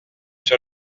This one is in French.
sur